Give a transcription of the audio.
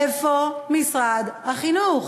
איפה משרד החינוך?